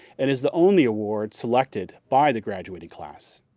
it is the only award selected by the graduating class.